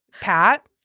Pat